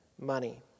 money